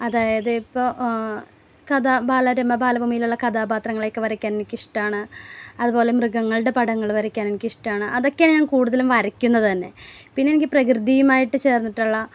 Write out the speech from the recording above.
അതായത് ഇപ്പോൾ കഥ ബാലരമ ബാലഭൂമിയിലുള്ള കഥാപാത്രങ്ങളെയൊക്കെ വരയ്ക്കാൻ എനിക്ക് ഇഷ്ട്ടമാണ് അതുപോലെ മൃഗങ്ങളുടെ പടങ്ങൾ വരയ്ക്കാൻ എനിക്ക് ഇഷ്ട്ടമാണ് അതൊക്കെയാണ് ഞാൻ കൂടുതലും വരയ്ക്കുന്നത് തന്നെ പിന്നെ എനിക്ക് പ്രകൃതിയുമായിട്ട് ചേർന്നിട്ടുളള